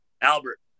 Albert